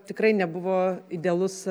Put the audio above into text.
tikrai nebuvo idealus